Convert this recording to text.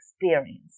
experience